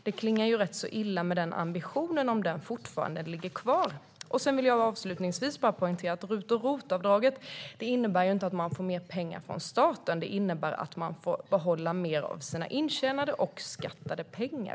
Det klingar rätt illa med den ambitionen om den fortfarande ligger kvar. Sedan vill jag avslutningsvis poängtera att RUT och ROT-avdragen inte innebär att man får mer pengar från staten utan att man får behålla mer av sina intjänade och skattade pengar.